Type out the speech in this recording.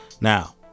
Now